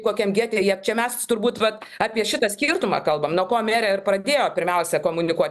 kokiam gete jie čia mes turbūt vat apie šitą skirtumą kalbam nuo ko merė ir pradėjo pirmiausia komunikuot